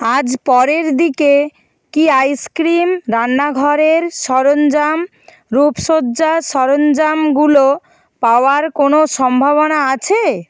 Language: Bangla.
আজ পরের দিকে কি আইসক্রিম রান্নাঘরের সরঞ্জাম রূপসজ্জার সরঞ্জামগুলো পাওয়ার কোনও সম্ভাবনা আছে